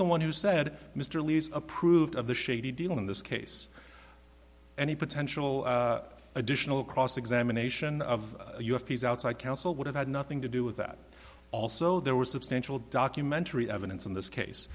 the one who said mr lee's approved of the shady deal in this case any potential additional cross examination of us peace outside counsel would have had nothing to do with that also there was substantial documentary evidence in this case